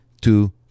two